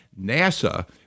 NASA